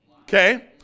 Okay